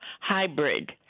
hybrid